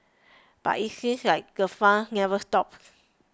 but it seems like the fun never stops